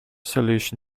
solution